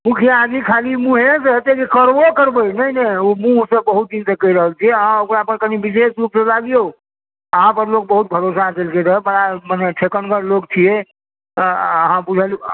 मुखआजी खाली मुँहेसंँ हेतै कि करबो करबै नहि नहि ओ मुँहसंँ बहुत दिनसंँ कहि रहल छी अहाँ ओकरा पर कनि विशेष रूपसंँ लागिऔ अहाँ पर लोक बहुत भरोसा केलकै रऽ बड़ा मने ठेकनगर लोक छियै अहाँ बुझल